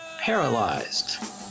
Paralyzed